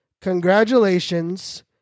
Congratulations